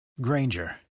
Granger